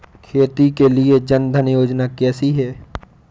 खेती के लिए जन धन योजना कैसी है?